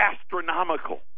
astronomical